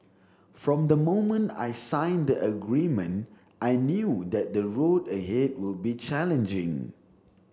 from the moment I signed the agreement I knew that the road ahead would be challenging